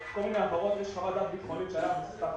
שאלות ביחד עם משרד הכלכלה ומשרד האוצר בתקווה שהסעיף הזה יישאר שם.